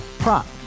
Prop